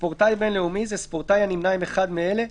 "ספורטאי בין-לאומי" ספורטאי הנמנה עם אחד מאלה: